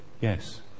Yes